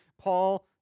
Paul